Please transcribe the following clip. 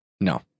no